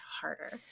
harder